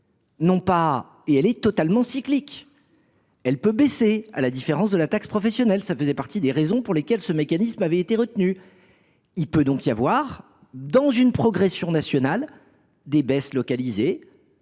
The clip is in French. locales, et elle est totalement cyclique. Elle peut baisser, à la différence de la taxe professionnelle – cela a fait partie des raisons pour lesquelles le mécanisme que je vous ai présenté a été retenu. Il peut donc y avoir, au sein d’une progression nationale, des baisses localisées.